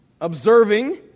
observing